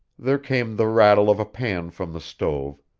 there came the rattle of a pan from the stove,